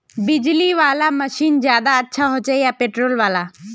बिजली वाला मशीन ज्यादा अच्छा होचे या पेट्रोल वाला?